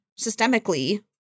systemically